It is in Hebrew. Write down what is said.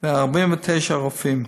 ו-49 רופאים.